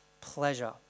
pleasure